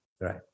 Right